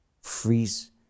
freeze